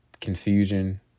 confusion